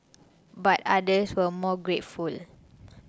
but others were more grateful